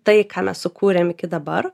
tai ką mes sukūrėm iki dabar